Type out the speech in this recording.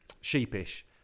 sheepish